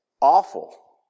Awful